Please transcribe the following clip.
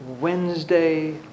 Wednesday